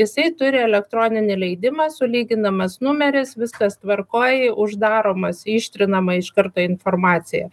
jisai turi elektroninį leidimą sulyginamas numeris viskas tvarkoj uždaromas ištrinama iš karto informacija